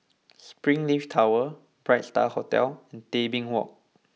Springleaf Tower Bright Star Hotel Tebing Walk